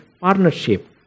partnership